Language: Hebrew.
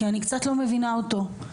כי אני קצת לא מבינה אותו.